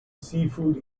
seafood